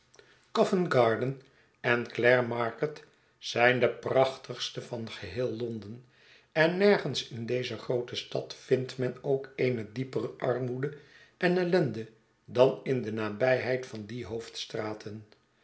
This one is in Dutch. covent-garden en clare market zijn de prachtigste van geheel londen en nergens in deze groote stad vindt men ook eene diepere armoede en ellende dan in de nabijheid van die hoofdstraten